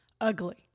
ugly